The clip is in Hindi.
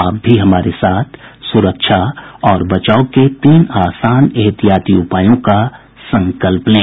आप भी हमारे साथ सुरक्षा और बचाव के तीन आसान एहतियाती उपायों का संकल्प लें